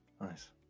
Nice